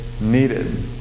needed